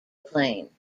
plain